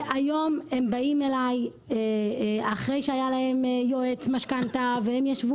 והיום הם באים אליי אחרי שהיה להם יועץ משכנתה והם ישבו